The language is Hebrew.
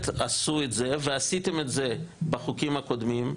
עשו את זה ועשיתם את זה בחוקים הקודמים.